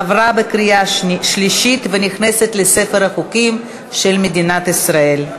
עברה בקריאה שלישית והיא נכנסת לספר החוקים של מדינת ישראל.